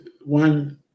one –